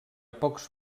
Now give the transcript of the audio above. pocs